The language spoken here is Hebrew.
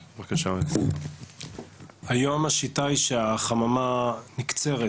היום השיטה היא שהחממה נקצרת